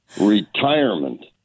retirement